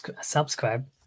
subscribe